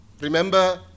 Remember